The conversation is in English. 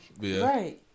right